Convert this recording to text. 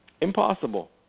Impossible